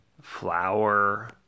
flower